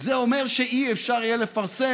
זה אומר שלא יהיה אפשר לפרסם